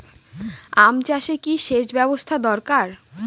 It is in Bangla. আম চাষে কি সেচ ব্যবস্থা দরকার?